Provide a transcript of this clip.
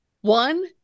one